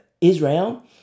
Israel